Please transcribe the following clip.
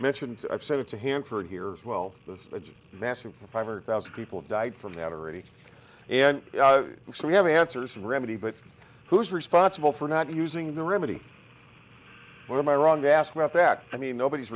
mentioned i've said it's a hanford here as well this massive five hundred thousand people died from that already and so we have answers and remedy but who's responsible for not using the remedy what am i wrong to ask about that i mean nobody's